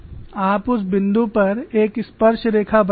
आप उस बिंदु पर एक स्पर्शरेखा बनाते हैं